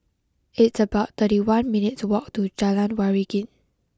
it's about thirty one minutes' walk to Jalan Waringin